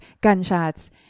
gunshots